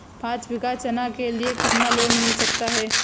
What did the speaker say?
पाँच बीघा चना के लिए कितना लोन मिल सकता है?